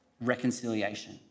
reconciliation